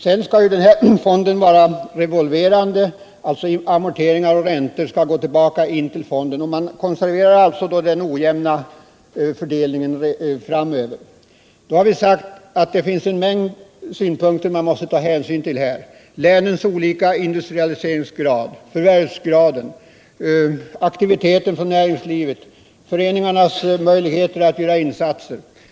Sedan skall ju denna fond vara revolverande. Amorteringar och räntor skall alltså gå tillbaka till fonden. Man konserverar då den ojämna fördelningen. Vi har sagt att det finns en mängd synpunkter som man här måste ta hänsyn till: länens olika industrialiseringsgrad, förvärvsgraden, aktiviteten från näringslivets sida, föreningarnas möjligheter att göra insatser.